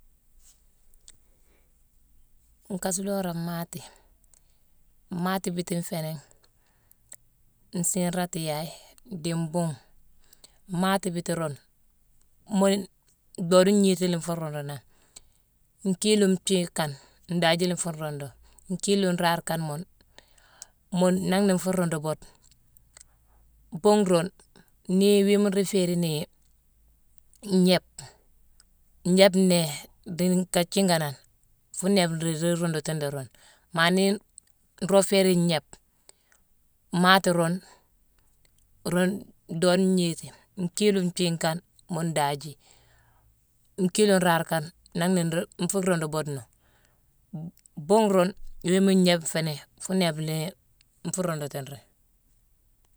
Nkaasulora mmaati, mmaati biiti nféé ningh, nsiiratiyaye, dii mbungh. Maati biiti ruune, mune doode ngniti nfuu ruundu nangh. Nkiili nthiigh kane, ndaajii la nfuu ruundu. Nkiili nraare kane mune mune nanghna nfuu ruundu boode. Mbungh rune, nii wiima nruu féérini ngnébe, ngnébe nnéé dii nka thiiganane, fuu néébe, nruu déye ruundutine rune. Maa nii nroo féérine ngnébe, maati rune, rune doode ngniti. Nkiili nthiigh kane mune ndaajii. Nkiili nraare kane, nanghna nfuu ruundu doodena. Bungh rune, wiima ngnébe fééni fuu néébe nfuu ruundutun ri.